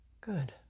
Good